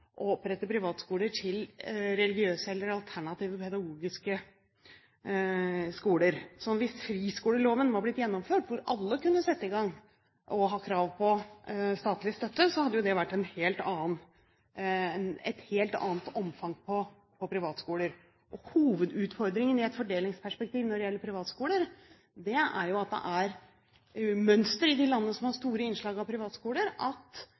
å opprette privatskoler til religiøse eller pedagogiske alternativer. Hvis friskoleloven var blitt gjennomført, hvor alle kunne sette i gang og ha krav på statlig støtte, hadde det vært et helt annet omfang av privatskoler. Hovedutfordringen i et fordelingsperspektiv – og mønsteret i de landene som har store innslag av privatskoler – er at